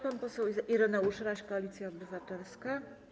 Pan poseł Ireneusz Raś, Koalicja Obywatelska.